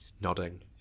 nodding